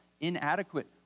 inadequate